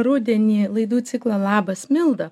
rudenį laidų ciklą labas milda